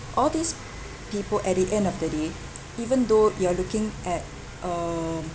all these people at the end of the day even though you're looking at um